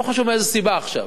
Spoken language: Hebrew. לא חשוב מאיזו סיבה עכשיו,